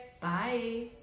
Bye